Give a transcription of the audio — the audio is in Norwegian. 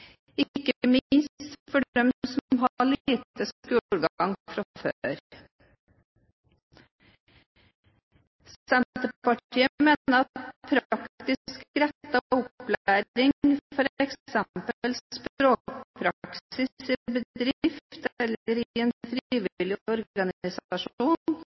ikke minst for dem som har lite skolegang fra før. Senterpartiet mener at praktisk rettet opplæring, f.eks. språkpraksis i bedrift eller i en